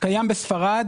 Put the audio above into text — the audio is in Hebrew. קיים בספרד,